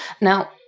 Now